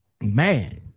Man